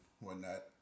whatnot